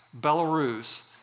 Belarus